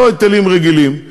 לא היטלים רגילים.